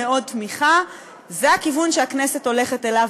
חבר הכנסת שמולי, אתה לא מקשיב.